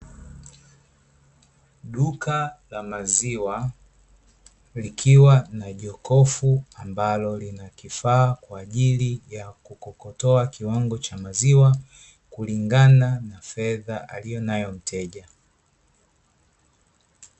Duka la maziwa, likiwa na jokofu ambalo lina kifaa kwa ajili ya kukokotoa kiwango cha maziwa kulingana na fedha aliyonayo mteja.